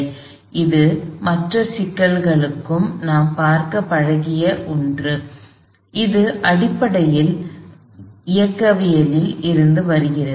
எனவே இது மற்ற சிக்கல்களிலும் நாம் பார்க்கப் பழகிய ஒன்று இது அடிப்படையில் இயக்கவியலில் இருந்து வருகிறது